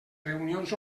reunions